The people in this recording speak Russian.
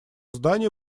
здания